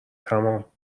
تمام